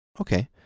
okay